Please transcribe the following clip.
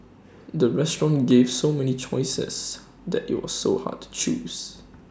the restaurant gave so many choices that IT was so hard to choose